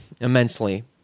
immensely